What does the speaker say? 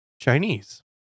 Chinese